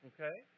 Okay